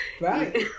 right